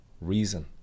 reason